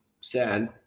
sad